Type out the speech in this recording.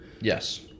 Yes